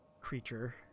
creature